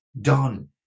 done